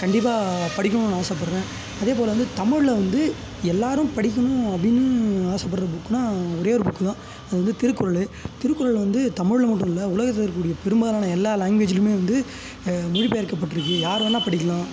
கண்டிப்பாக படிக்கணும்னு ஆசைப்பட்றேன் அதேபோல் வந்து தமிழ்ல வந்து எல்லாரும் படிக்கணும் அப்படின்னு ஆசைப்பட்ற புக்குன்னால் ஒரே ஒரு புக்கு தான் அது வந்து திருக்குறள் திருக்குறள் வந்து தமிழ்ல மட்டுமில்லை உலகத்தில் இருக்கக்கூடிய பெரும்பாலான எல்லா லேங்குவேஜிலுமே வந்து மொழிபெயர்க்கப்பட்ருக்குது யார் வேணாம் படிக்கலாம்